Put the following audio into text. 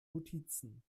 notizen